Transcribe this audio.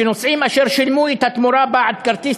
שנוסעים אשר שילמו את התמורה בעד כרטיס